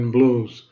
Blues